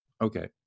Okay